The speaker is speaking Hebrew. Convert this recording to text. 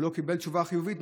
והוא לא קיבל תשובה חיובית,